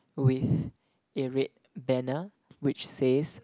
with a red banner which says